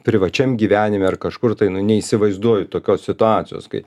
privačiam gyvenime ar kažkur tai nu neįsivaizduoju tokios situacijos kai